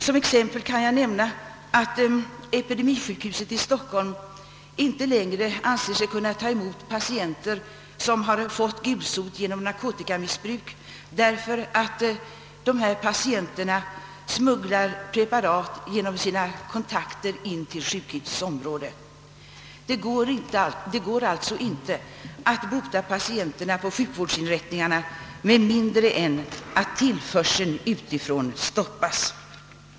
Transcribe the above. Som exempel kan jag nämna att Epidemisjukhuset i Stockholm inte längre anser sig kunna ta emot patienter som fått gulsot genom narkotikamissbruk, eftersom dessa patienter smugglar in preparat på sjukhusets område genom sina kontakter. Det går alltså inte att bota patienterna på sjukvårdsinrättningarna med mindre än att tillförseln utifrån stoppas.